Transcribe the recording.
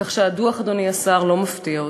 כך שהדוח, אדוני השר, לא מפתיע אותי.